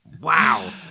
Wow